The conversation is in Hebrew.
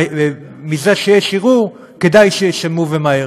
מזה שיש ערעור, כדאי שישלמו, ומהר.